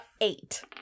eight